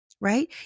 right